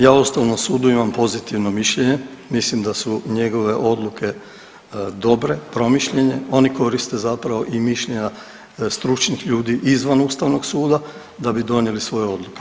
Ja o ustavnom sudu imam pozitivno mišljenje, mislim da su njegove odluke dobre, promišljene, oni koriste zapravo i mišljenja stručnih ljudi izvan ustavnog suda da bi donijeli svoje odluke.